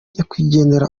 nyakwigendera